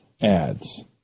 ads